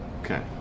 Okay